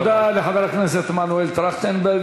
תודה לחבר הכנסת מנואל טרכטנברג.